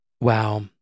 Wow